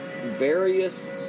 various